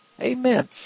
Amen